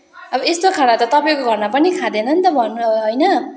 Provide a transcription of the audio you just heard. अब यस्तो खाना त तपाईँको घरमा पनि खाँदैन नि त भन्नु होइन